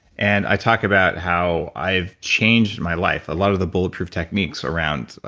and i talked about how i've changed my life a lot of the bulletproof techniques around. ah